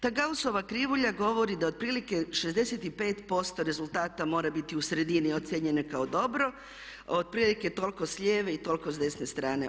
Ta Gaussova krivulja govori da otprilike 65% rezultata mora biti u sredini ocijenjeno kao dobro, otprilike toliko s lijeve i toliko s desne strane.